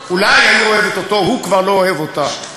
אולי העיר אוהבת אותו, הוא כבר לא אוהב אותה.